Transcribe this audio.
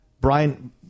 Brian